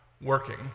working